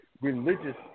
religious